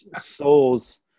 souls